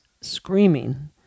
screaming